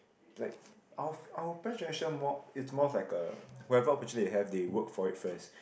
like our our parents generation more it's more of like a whatever opportunity they have they work for it first